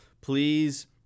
Please